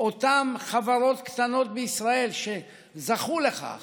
אותן חברות קטנות בישראל שזכו לכך